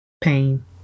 pain